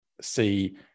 see